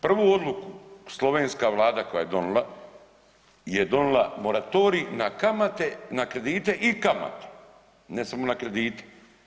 Prvu odluku slovenska vlada koju je donila je donila moratorij na kamate, na kredite i kamate ne samo na kredite.